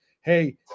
hey